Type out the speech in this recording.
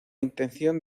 intención